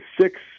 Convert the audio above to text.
six